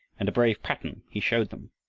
and a brave pattern he showed them.